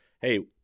hey –